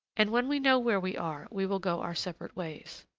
and when we know where we are, we will go our separate ways.